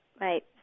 Right